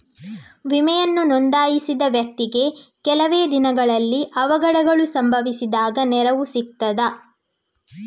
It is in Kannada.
ವಿಮೆಯನ್ನು ನೋಂದಾಯಿಸಿದ ವ್ಯಕ್ತಿಗೆ ಕೆಲವೆ ದಿನಗಳಲ್ಲಿ ಅವಘಡಗಳು ಸಂಭವಿಸಿದಾಗ ನೆರವು ಸಿಗ್ತದ?